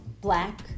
black